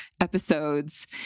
episodes